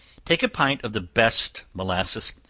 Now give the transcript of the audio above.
take a pint of the best molasses,